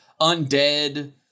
undead